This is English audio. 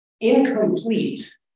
incomplete